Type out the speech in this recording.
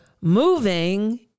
moving